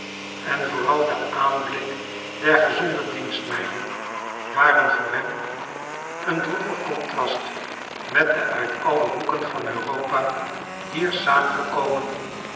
en vooral de aanblik der gezonde dienstmeiden waren voor hem een droevig contrast met de uit alle hoeken van europa